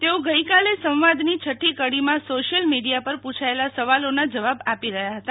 તેઓ સંવાદની છઠ્ઠી કડીમાં સોશિયલ મીડિયા પર પૂછાયેલા સવાલોના જવાબ આપી રહ્યા હતા